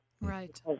Right